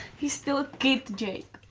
he's still a kid, jake.